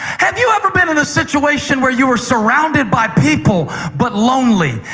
have you ever been in a situation where you were surrounded by people but lonely?